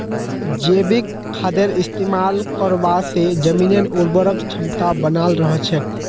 जैविक खादेर इस्तमाल करवा से जमीनेर उर्वरक क्षमता बनाल रह छेक